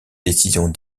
décisions